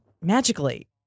magically